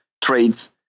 trades